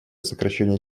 сокращении